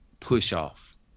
push-off